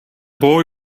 boy